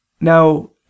Now